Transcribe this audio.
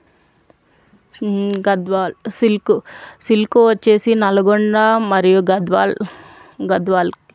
Gadwal silk silk వచ్చేసి నల్గొండ మరియు గద్వాల్ గద్వాల్